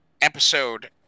Episode